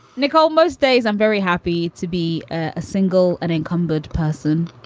nicole most days i'm very happy to be a single, unencumbered person.